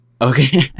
Okay